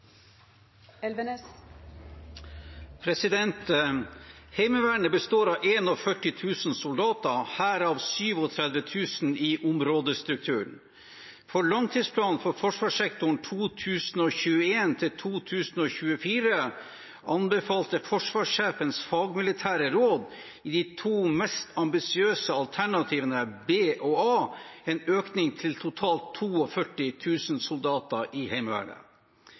består av 41 000 soldater, herav 37 000 i områdestrukturen. For langtidsplanen for forsvarssektoren 2021–2024 anbefalte Forsvarssjefens fagmilitære råd i de to mest ambisiøse alternativene B og A en økning til totalt 42 000 soldater i Heimevernet.